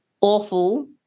awful